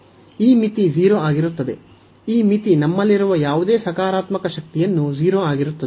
ಈ ಮಿತಿ 0 ಆಗಿರುತ್ತದೆ ಈ ಮಿತಿ ನಮ್ಮಲ್ಲಿರುವ ಯಾವುದೇ ಸಕಾರಾತ್ಮಕ ಶಕ್ತಿಯನ್ನು 0 ಆಗಿರುತ್ತದೆ